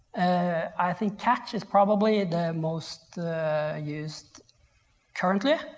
ah i think catch is probably the most used currently,